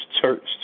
church